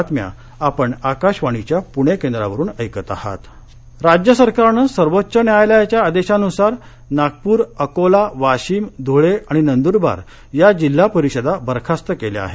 वरखास्त राज्य सरकारनं सर्वोच्च न्यायालयाच्या आदेशानुसार नागपूर अकोला वाशिम धुळे आणि नंदुरबार या जिल्हा परिषदा बरखास्त केल्या आहेत